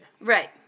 Right